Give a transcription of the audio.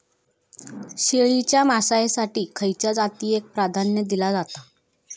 शेळीच्या मांसाएसाठी खयच्या जातीएक प्राधान्य दिला जाता?